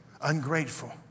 ungrateful